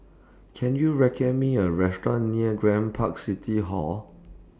Can YOU recommend Me A Restaurant near Grand Park City Hall